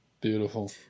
Beautiful